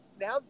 now